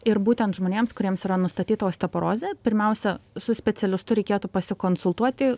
ir būtent žmonėms kuriems yra nustatyta osteoporozė pirmiausia su specialistu reikėtų pasikonsultuoti